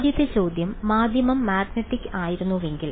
ആദ്യത്തെ ചോദ്യം മാധ്യമം മാഗ്നെറ്റിക് ആയിരുന്നെങ്കിൽ